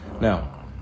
Now